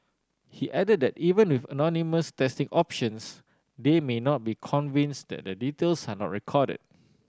he added that even with anonymous testing options they may not be convinced that their details are not recorded